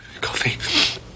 Coffee